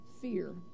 fear